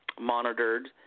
monitored